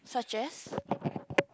such as